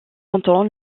longtemps